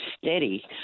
steady